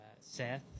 Seth